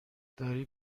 داری